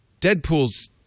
Deadpool's